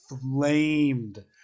flamed